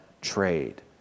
trade